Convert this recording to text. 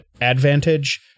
advantage